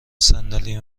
صندلی